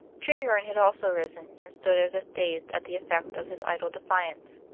treherne had also risen, and stood as if dazed at the effect of his idle defiance.